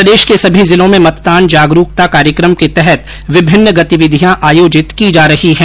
प्रदेश के सभी जिलों में मतदान जागरूकता कार्यक्रम के तहत विभिन्न गतिविधियां आयोजित की जा रही हैं